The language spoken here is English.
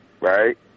right